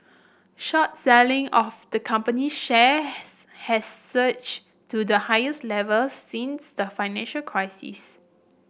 short selling of the company shares has surged to the highest level since the financial crisis